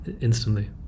instantly